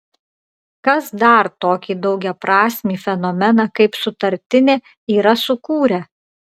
kas dar tokį daugiaprasmį fenomeną kaip sutartinė yra sukūrę